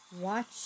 watch